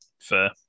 Fair